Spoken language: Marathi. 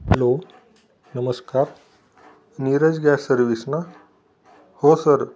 हॅलो नमस्कार नीरज गॅस सर्विस ना हो सर